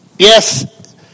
Yes